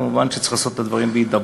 כמובן, שצריך לעשות את הדברים בהידברות,